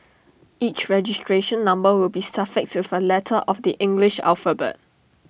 each registration number will be suffixed with A letter of the English alphabet